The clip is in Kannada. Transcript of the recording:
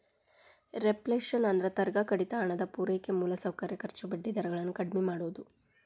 ರೇಫ್ಲ್ಯಾಶನ್ ಅಂದ್ರ ತೆರಿಗೆ ಕಡಿತ ಹಣದ ಪೂರೈಕೆ ಮೂಲಸೌಕರ್ಯ ಖರ್ಚು ಬಡ್ಡಿ ದರ ಗಳನ್ನ ಕಡ್ಮಿ ಮಾಡುದು